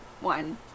one